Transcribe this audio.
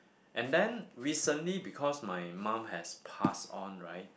and then recently because my mom has passed on right